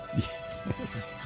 Yes